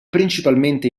principalmente